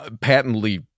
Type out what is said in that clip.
patently